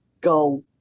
go